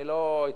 אני לא אתפתל.